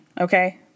Okay